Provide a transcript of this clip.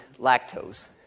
lactose